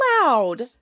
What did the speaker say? loud